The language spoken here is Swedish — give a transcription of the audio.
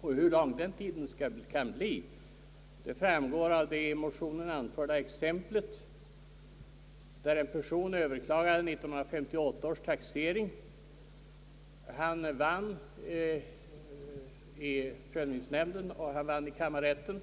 Och hur lång den tiden kan bli, det framgår av det i motionen anförda exemplet, där en person överklagat 1958 års taxering. Han vann i prövningsnämnden och även i kammarrätten,